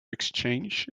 exchange